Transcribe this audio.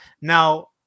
Now